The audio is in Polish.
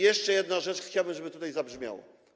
Jeszcze jedna rzecz, chciałbym, żeby to tutaj wybrzmiało.